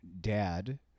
dad